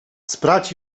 sprać